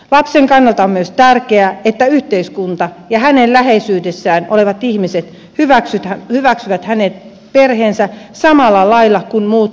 lapsen kannalta on myös tärkeää että yhteiskunta ja hänen läheisyydessään olevat ihmiset hyväksyvät hänen perheensä samalla lailla kuin muutkin perheet